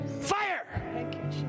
Fire